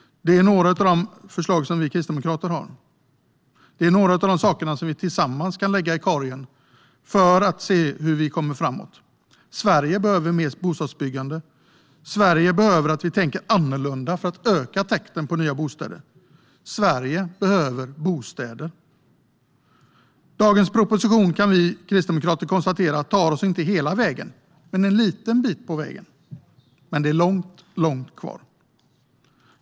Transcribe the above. Det är några av de förslag som vi kristdemokrater har. Det är några av de saker som vi tillsammans kan lägga i korgen för att se hur vi kommer framåt. Sverige behöver mer bostadsbyggande. Sverige behöver att vi tänker annorlunda för att öka takten på byggandet av bostäder. Sverige behöver bostäder. Vi kristdemokrater kan konstatera att dagens proposition inte tar oss hela vägen, bara en liten bit på väg. Men det är långt kvar.